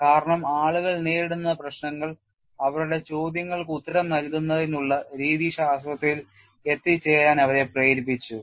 കാരണം ആളുകൾ നേരിടുന്ന പ്രശ്നങ്ങൾ അവരുടെ ചോദ്യങ്ങൾക്ക് ഉത്തരം നൽകുന്നതിനുള്ള രീതിശാസ്ത്രത്തിൽ എത്തിച്ചേരാൻ അവരെ പ്രേരിപ്പിച്ചു